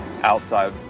outside